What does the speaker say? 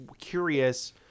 curious